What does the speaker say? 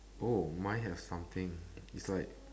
oh mine have something it's like